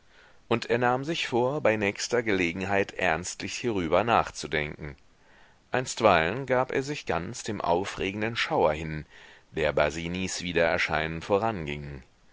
und er nahm sich vor bei nächster gelegenheit ernstlich hierüber nachzudenken einstweilen gab er sich ganz dem aufregenden schauer hin der basinis wiedererscheinen voranging